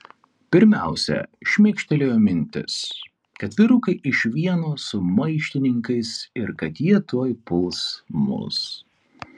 pirmiausia šmėkštelėjo mintis kad vyrukai iš vieno su maištininkais ir kad jie tuoj puls mus